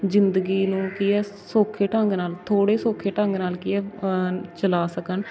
ਜ਼ਿੰਦਗੀ ਨੂੰ ਕੀ ਹੈ ਸੌਖੇ ਢੰਗ ਨਾਲ ਥੋੜ੍ਹੇ ਸੌਖੇ ਢੰਗ ਨਾਲ ਕੀ ਹੈ ਚਲਾ ਸਕਣ